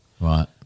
Right